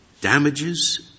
damages